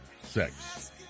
sex